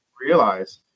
realize